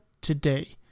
today